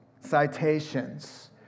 citations